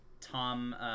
Tom